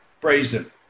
brazen